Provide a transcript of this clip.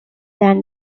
than